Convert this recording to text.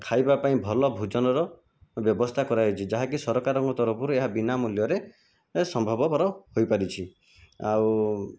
ଖାଇବାପାଇଁ ଭଲ ଭୋଜନର ବ୍ୟବସ୍ଥା କରାଯାଇଛି ଯାହାକି ସରକାରଙ୍କ ତରଫରୁ ଏହା ବିନାମୂଲ୍ୟରେ ଏ ସମ୍ଭବପର ହୋଇପାରିଛି ଆଉ